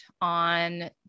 on